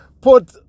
put